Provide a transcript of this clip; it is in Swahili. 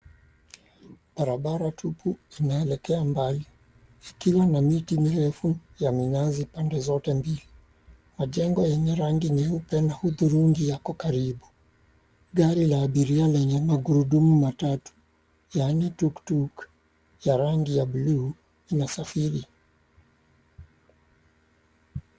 Barabara tupu inaelekea mbali ikiwa na miti mirefu ya minazi pande zote mbili. Majengo yenye rangi nyeupe na udhurungi yako karibu gari la abiria lenye magurudumu matatu, yaani tuktuku ya rangi ya bluu inasafiri.